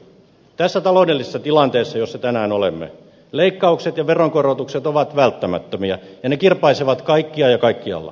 tässä taloudellisessa tilanteessa jossa tänään olemme leikkaukset ja veronkorotukset ovat välttämättömiä ja ne kirpaisevat kaikkia ja kaikkialla